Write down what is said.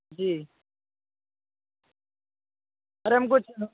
जी अरे हमको